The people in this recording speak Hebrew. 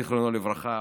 זיכרונו לברכה,